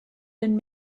been